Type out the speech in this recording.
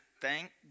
thank